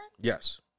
Yes